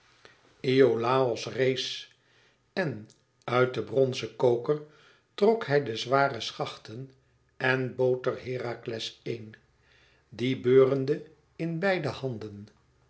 iolàos rees en uit den bronzen koker trok hij de zware schachten en bood er herakles éen die beurende in beide handen